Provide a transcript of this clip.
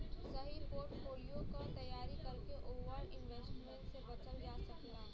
सही पोर्टफोलियो क तैयारी करके ओवर इन्वेस्टमेंट से बचल जा सकला